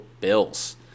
Bills